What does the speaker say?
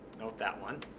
note that one.